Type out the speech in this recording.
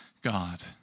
God